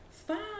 Stop